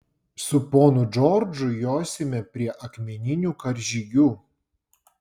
su ponu džordžu josime prie akmeninių karžygių